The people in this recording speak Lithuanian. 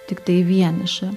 tiktai vieniša